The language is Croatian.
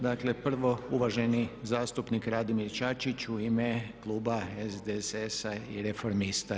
Dakle, prvo uvaženi zastupnik Radimir Čačić u ime kluba SDSS-a i Reformista.